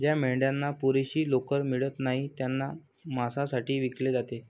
ज्या मेंढ्यांना पुरेशी लोकर मिळत नाही त्यांना मांसासाठी विकले जाते